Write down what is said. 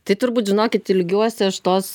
tai turbūt žinokit ilgiuosi aš tos